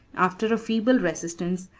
after a feeble resistance,